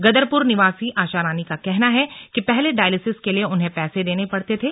गदरपुर निवासी आशा रानी का कहना है कि पहले डायलिसिस के लिए उन्हें पैसे देने पड़ते थे